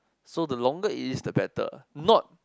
so the longer it is the better not